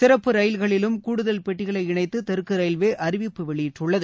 சிறப்பு ரயில்களிலும் கூடுதல் பெட்டிகளை இணைத்து தெற்கு ரயில்வே அறிவிப்பு வெளியிட்டுள்ளது